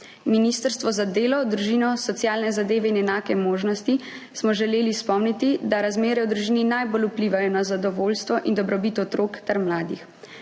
Ministrstvo za delo, družino, socialne zadeve in enake možnosti smo želeli spomniti, da razmere v družini najbolj vplivajo na zadovoljstvo in dobrobit otrok ter mladih.